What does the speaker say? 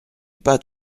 pas